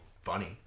funny